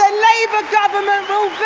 ah labour government